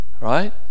Right